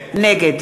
נגד